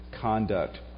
conduct